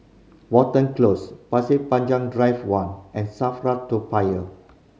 Watten Close Pasir Panjang Drive One and SAFRA Toa Payoh